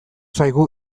zaigu